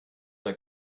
der